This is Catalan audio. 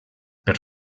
per